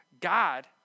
God